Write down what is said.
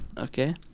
okay